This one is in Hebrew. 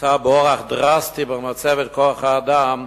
וקיצצה באורח דרסטי במצבת כוח-האדם,